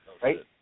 Right